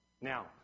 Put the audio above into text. now